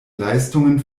leistungen